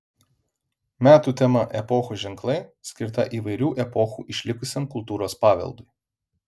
metų tema epochų ženklai skirta įvairių epochų išlikusiam kultūros paveldui